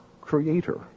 Creator